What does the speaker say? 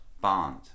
bond